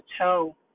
toe